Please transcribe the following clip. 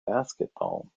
basketball